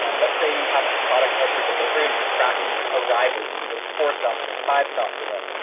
um let's say you have a product out for delivery and you're tracking its arrival, you can see that it's four steps away, five steps away.